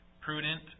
prudent